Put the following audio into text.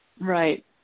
Right